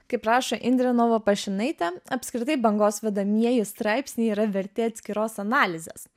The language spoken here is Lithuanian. kaip rašo indrė novapašinaitė apskritai bangos vedamieji straipsniai yra verti atskiros analizės